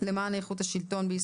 למען איכות השלטון בישראל.